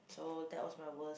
so that was my worst